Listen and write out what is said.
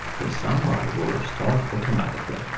the soundbar will restart automatically